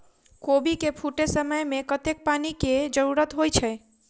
कोबी केँ फूटे समय मे कतेक पानि केँ जरूरत होइ छै?